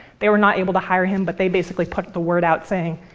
they were not able to hire him, but they basically put the word out saying,